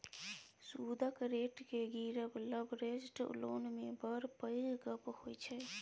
सुदक रेट केँ गिरब लबरेज्ड लोन मे बड़ पैघ गप्प होइ छै